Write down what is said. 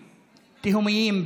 תהומיים,